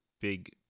big